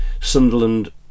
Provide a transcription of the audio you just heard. Sunderland